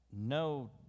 no